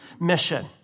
mission